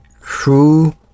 true